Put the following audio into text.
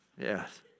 Yes